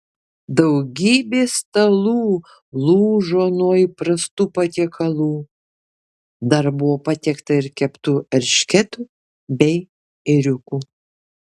daugybė stalų lūžo nuo įprastų patiekalų dar buvo patiekta ir keptų eršketų bei ėriukų